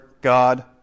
God